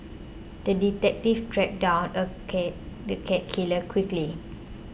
the detective tracked down the cat killer quickly